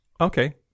Okay